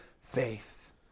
faith